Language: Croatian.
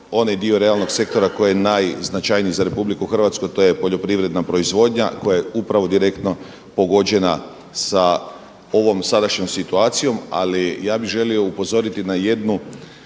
onaj dio realnog sektora koji je najznačajnija za RH, a to je poljoprivredna proizvodnja koja je upravo direktno pogođena sa ovom sadašnjom situacijom. Ali ja bih želio upozoriti na jednu